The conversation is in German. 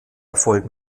erfolg